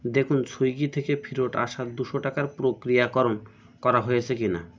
দেখুন সুইগি থেকে ফেরত আসা দুশো টাকার প্রক্রিয়াকরণ করা হয়েছে কি না